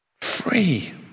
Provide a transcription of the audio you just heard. Free